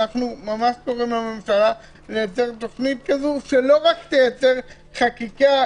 אנחנו קוראים לממשלה לייצר תוכנית כזו שלא רק תייצר חקיקה,